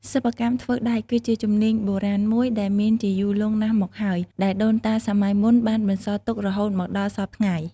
សិប្បកម្មធ្វើដែក គឺជាជំនាញបុរាណមួយដែលមានជាយូរលង់ណាស់មកហើយ ដែលដូនតាសម័យមុនបានបន្សល់ទុករហូតមកដល់សព្វថ្ងៃ។